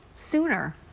sooner.